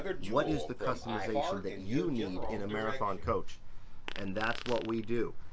what is the customization that you need in a marathon coach and that's what we do,